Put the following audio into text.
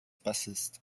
bassist